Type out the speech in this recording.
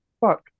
Fuck